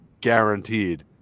guaranteed